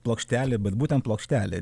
plokštelė bet būtent plokštelė